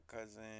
cousin